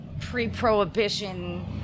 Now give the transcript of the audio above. pre-prohibition